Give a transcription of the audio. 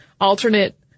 alternate